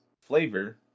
flavor